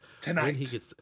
Tonight